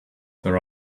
there